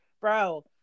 bro